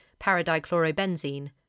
paradichlorobenzene